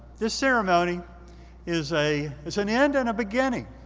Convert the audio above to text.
this ceremony is a, it's an end and a beginning.